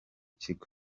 kigo